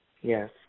Yes